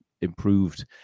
improved